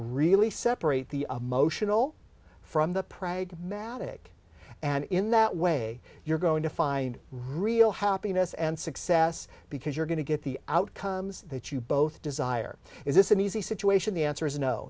really separate the motional from the pragmatic and in that way you're going to find real happiness and success because you're going to get the outcomes that you both desire is this an easy situation the answer is no